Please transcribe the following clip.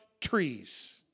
trees